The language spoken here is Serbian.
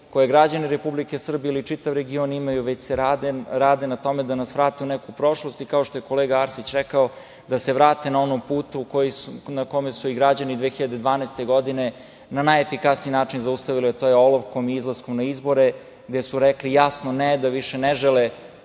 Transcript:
koje građani Republike Srbije ili čitav region imaju, već rade na tome da nas vrate u neku prošlost i, kao što je kolega Arsić rekao, da se vrate na onaj put na kome su ih građani 2012. godine na najefikasniji način zaustavili, a to je olovkom i izlaskom na izbore, gde su rekli jasno ne, da više ne žele